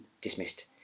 dismissed